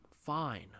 fine